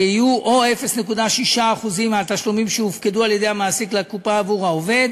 שיהיו או 0.6% מהתשלומים שהופקדו על-ידי המעסיק לקופה עבור העובד